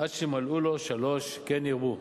עד שימלאו לו שלוש, כן ירבו.